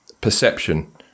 perception